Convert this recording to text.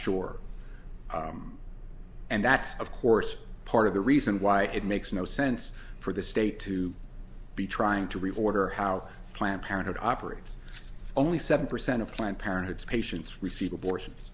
sure and that's of course part of the reason why it makes no sense for the state to be trying to reorder how planned parenthood operates it's only seven percent of planned parenthood's patients receive abortions